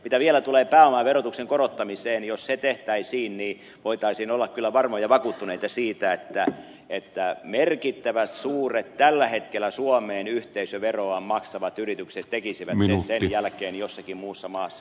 mitä vielä tulee pääomaverotuksen korottamiseen jos se tehtäisiin niin voitaisiin olla kyllä varmoja ja vakuuttuneita siitä että merkittävät suuret tällä hetkellä suomeen yhteisöveroa maksavat yritykset tekisivät sen sen jälkeen jossakin muussa maassa